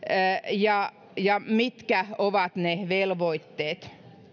ja ja mitkä ovat ne velvoitteet